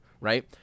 right